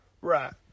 Right